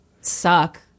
suck